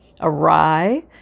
awry